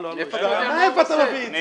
הלו, הלו, מאיפה אתה מביא את זה?